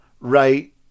right